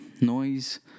noise